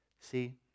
See